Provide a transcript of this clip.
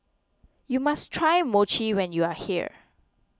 you must try Mochi when you are here